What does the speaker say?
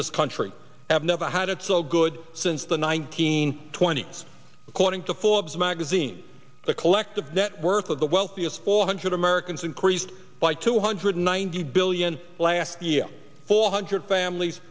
this country have never had it so good since the nineteen twenty s according to forbes magazine the collective net worth of the wealthiest four hundred americans increased by two hundred ninety billion last year four hundred families